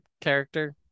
character